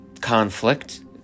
Conflict